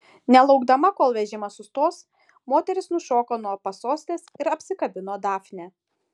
nelaukdama kol vežimas sustos moteris nušoko nuo pasostės ir apsikabino dafnę